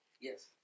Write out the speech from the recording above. Yes